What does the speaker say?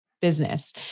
business